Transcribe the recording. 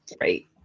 Right